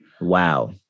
Wow